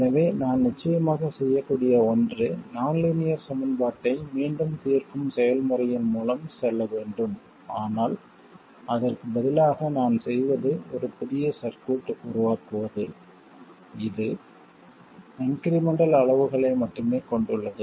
எனவே நான் நிச்சயமாக செய்யக்கூடிய ஒன்று நான் லீனியர் சமன்பாட்டை மீண்டும் தீர்க்கும் செயல்முறையின் மூலம் செல்ல வேண்டும் ஆனால் அதற்கு பதிலாக நான் செய்வது ஒரு புதிய சர்க்யூட் உருவாக்குவது இது இன்க்ரிமென்ட்டல் அளவுகளை மட்டுமே கொண்டுள்ளது